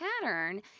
pattern